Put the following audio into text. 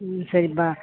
ம் சரிப்பா